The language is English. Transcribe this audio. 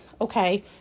okay